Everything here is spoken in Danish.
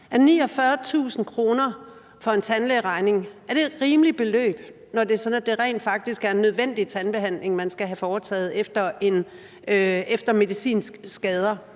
Er 49.000 kr. for en tandlægeregning et rimeligt beløb, når det er sådan, at det rent faktisk er en nødvendig tandbehandling, man skal have foretaget efter medicinske skader?